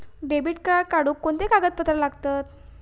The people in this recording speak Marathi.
डेबिट कार्ड काढुक कोणते कागदपत्र लागतत?